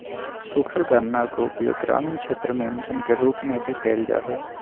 सूखल गन्ना के उपयोग ग्रामीण क्षेत्र में इंधन के रूप में भी कइल जाहई